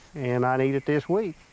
and i need it this week.